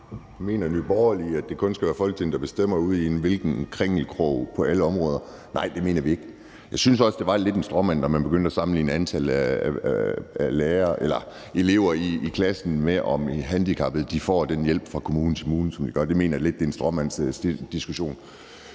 Mener Nye Borgerlige, at det kun skal være Folketinget, der bestemmer ude i hver enkelt krinkelkrog på alle områder? Nej, det mener vi ikke. Jeg synes også, at det var lidt en stråmand, når man begyndte at sammenligne antallet af elever i klassen med, om handicappede får den hjælp fra kommune til kommune, som de gør. Det mener jeg er lidt en stråmandsdiskussion.